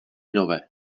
nové